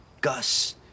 Gus